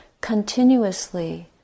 continuously